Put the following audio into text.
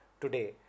today